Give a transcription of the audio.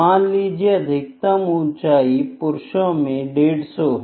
मान लीजिए अधिकतम ऊंचाई पुरुषों में 150 है